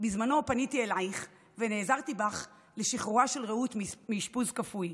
בזמנו פניתי אלייך ונעזרתי בך לשחרורה של רעות מאשפוז כפוי.